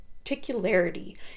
particularity